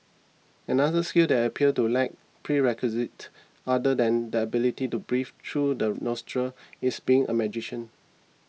another skill that appears to lack prerequisites other than the ability to breathe through the nostrils is being a magician